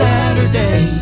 Saturday